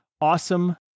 awesome